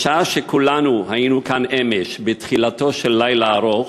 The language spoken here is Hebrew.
בשעה שכולנו היינו פה אמש, בתחילתו של לילה ארוך,